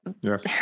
Yes